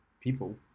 people